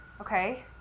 Okay